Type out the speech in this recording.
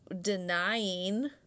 denying